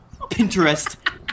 Pinterest